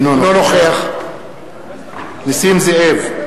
אינו נוכח נסים זאב,